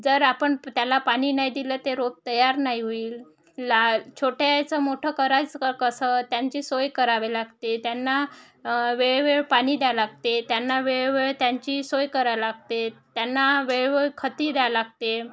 जर आपण त्याला पाणी नाही दिलं ते रोप तयार नाही होईल लाल छोट्याचं मोठं करायचं क कसं त्यांची सोय करावे लागते त्यांना वेळोवेळ पाणी द्या लागते त्यांना वेळोवेळी त्यांची सोय करायला लागते त्यांना वेळोवेळी खत द्यावे लागते